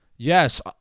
Yes